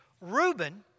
Reuben